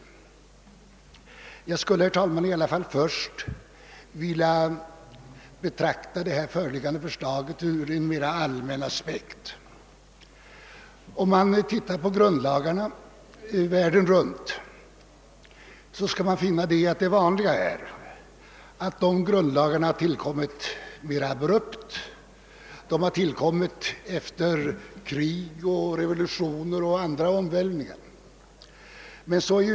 Först skulle jag emellertid, herr talman, vilja betrakta förslaget ur en mer allmän aspekt. Ser man på grundlagarna världen runt finner man att de vanligtvis tillkommit mera abrupt efter krig, revolutioner och andra omvälvningar.